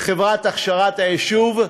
חברת הכשרת היישוב,